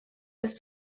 ist